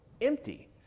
empty